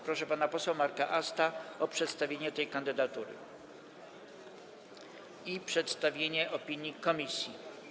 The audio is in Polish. Proszę pana posła Marka Asta o przedstawienie tej kandydatury i przedstawienie opinii komisji.